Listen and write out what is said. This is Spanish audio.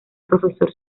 profesor